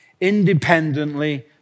independently